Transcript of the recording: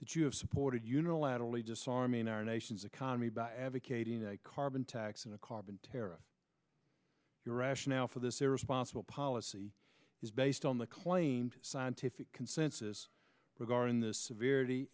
that you have supported unilaterally disarm in our nation's economy by advocating a carbon tax and a carbon tariff your rationale for this irresponsible policy is based on the claimed scientific consensus regarding the severe t